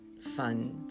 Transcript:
fun